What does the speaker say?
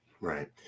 Right